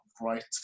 right